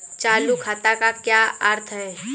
चालू खाते का क्या अर्थ है?